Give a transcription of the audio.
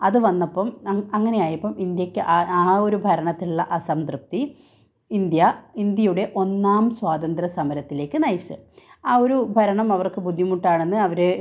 അത് വന്നപ്പം അങ്ങനെ ആയപ്പം ഇന്ത്യയ്ക്ക് ആ ആ ഒരു ഭരണത്തിലുള്ള അസംതൃപ്തി ഇന്ത്യ ഇന്ത്യയുടെ ഒന്നാം സ്വാതന്ത്ര സമരത്തിലേക്ക് നയിച്ചത് ആ ഒരു ഭരണം അവര്ക്ക് ബുദ്ധിമുട്ടാണെന്ന് അവരെ